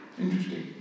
Interesting